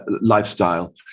lifestyle